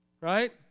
Right